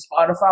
Spotify